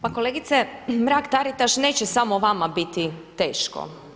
Pa kolegice Mrak-Taritaš neće samo vama biti teško.